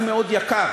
שזה גם מאוד יקר,